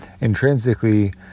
intrinsically